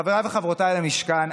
חבריי וחברותיי למשכן,